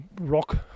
rock